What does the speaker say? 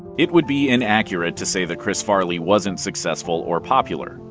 it would be inaccurate to say that chris farley wasn't successful or popular.